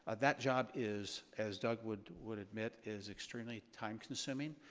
ah that job is, as doug would would admit, is extremely time consuming.